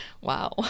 Wow